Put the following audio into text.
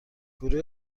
گروه